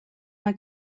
mae